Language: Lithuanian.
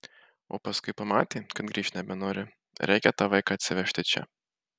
o paskui pamatė kad grįžt nebenori reikia tą vaiką atsivežti čia